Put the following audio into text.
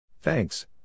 Thanks